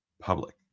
public